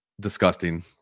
disgusting